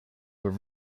were